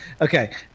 Okay